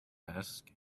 ask